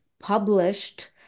published